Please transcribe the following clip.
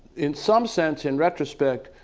in some sense, in retrospect,